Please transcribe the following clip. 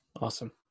Awesome